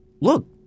look